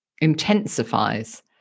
intensifies